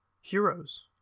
heroes